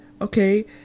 okay